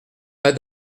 pas